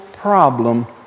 problem